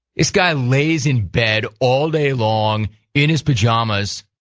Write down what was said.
this guy lays in bed all day long in his pajamas,